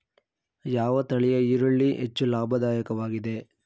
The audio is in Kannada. ಯಾವ ತಳಿಯ ಈರುಳ್ಳಿ ಹೆಚ್ಚು ಲಾಭದಾಯಕವಾಗಿದೆ?